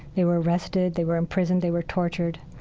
they were arrested, they were imprisoned, they were tortured.